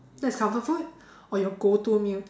that's comfort food or your go to meal